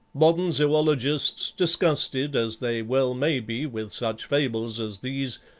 modern zoologists, disgusted as they well may be with such fables as these,